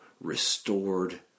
restored